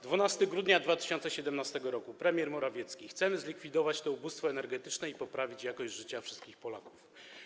12 grudnia 2017 r., premier Morawiecki: Chcemy zlikwidować to ubóstwo energetyczne i poprawić jakość życia wszystkich Polaków.